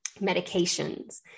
medications